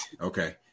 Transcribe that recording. Okay